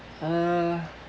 uh